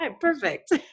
Perfect